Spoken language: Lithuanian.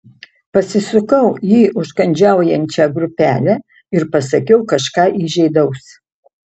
pasisukau į užkandžiaujančią grupelę ir pasakiau kažką įžeidaus